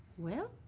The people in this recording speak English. well?